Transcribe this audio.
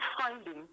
finding